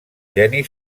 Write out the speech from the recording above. geni